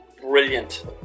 brilliant